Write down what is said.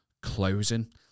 closing